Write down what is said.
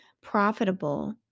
profitable